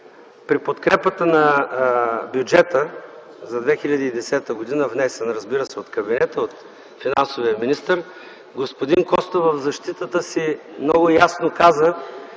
при подкрепата на бюджета за 2010 г., внесен, разбира се, от кабинета, от финансовия министър, господин Костов в защитата си много ясно каза,